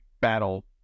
battle